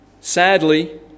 Sadly